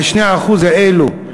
ה-2% האלה,